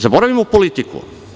Zaboravimo politiku.